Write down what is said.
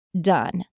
done